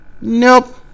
nope